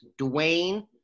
Dwayne